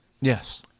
Yes